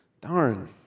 Darn